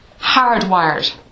hardwired